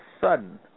sudden